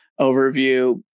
overview